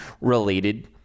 related